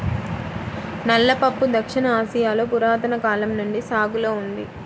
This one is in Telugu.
నల్ల పప్పు దక్షిణ ఆసియాలో పురాతన కాలం నుండి సాగులో ఉంది